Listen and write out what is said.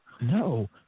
No